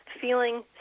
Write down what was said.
feeling